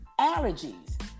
allergies